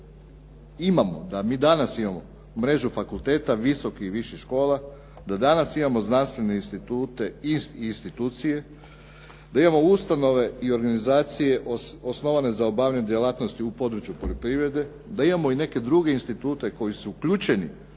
da imamo, da mi danas imamo mrežu fakulteta viših i visokih škola, da danas imamo znanstvene institute iz institucije, da imamo ustanove i organizacije osnovane za obavljanje djelatnosti u području poljoprivrede da imamo ustanove i organizacije osnovane